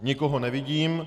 Nikoho nevidím.